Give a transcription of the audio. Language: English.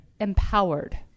empowered